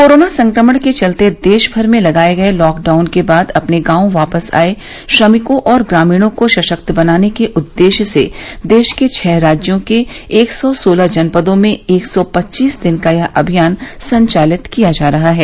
corona संक्रमण के चलते देशभर में लगाये गये लॉकडाउन के बाद अपने गांव वापस आये श्रमिकों और ग्रामीणों को सशक्त बनाने के उददेश्य से देश के छह राज्यों के एक सौ सोलह जनपदों में एक सौ पच्चीस दिन का यह अभियान संचालित किया जा रहा है